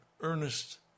earnest